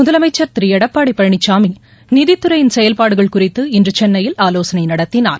முதலமைச்சர் திரு எடப்பாடி பழனிசாமி நிதித் துறையின் செயல்பாடுகள் குறித்து இன்று சென்னையில் ஆலோசனை நடத்தினார்